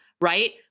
Right